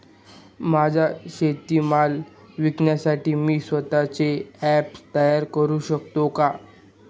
माझा शेतीमाल विकण्यासाठी मी स्वत:चे ॲप तयार करु शकतो का?